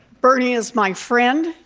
bernie is my friend,